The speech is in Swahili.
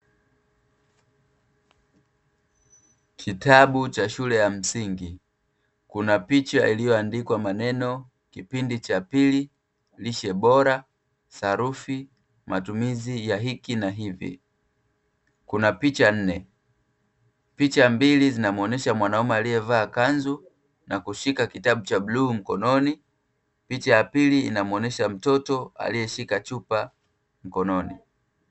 Kitabu cha shule ya msingi. Kuna picha iliyoandikwa maneno "Kipindi cha pili, lishe bora, sarufi, matumizi ya hiki na hivi". Kuna picha nne, picha mbili zinamuonyesha mwanaume aliyevaa kanzu na kushika kitabu cha bluu mkononi. Picha ya pili inamuonyesha mtoto aliyeshika chupa mkononi.